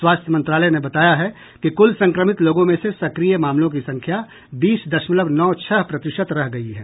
स्वास्थ्य मंत्रालय ने बताया है कि कुल संक्रमित लोगों में से सक्रिय मामलों की संख्या बीस दशमलव नौ छह प्रतिशत रह गई है